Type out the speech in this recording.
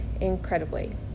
incredibly